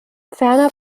ferner